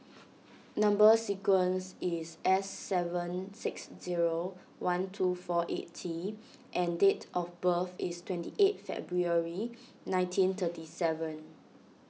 Number Sequence is S seven six zero one two four eight T and date of birth is twenty eight February nineteen thirty seven